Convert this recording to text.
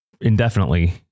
indefinitely